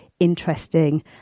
interesting